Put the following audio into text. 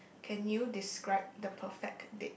can you describe the perfect date